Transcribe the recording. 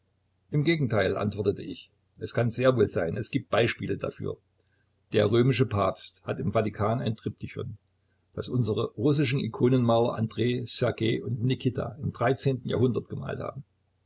im gegenteil antwortete ich es kann sehr wohl sein es gibt beispiele dafür der römische papst hat im vatikan ein triptychon das unsere russischen ikonenmaler andrej ssergej und nikita im dreizehnten jahrhundert gemalt haben